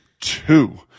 Two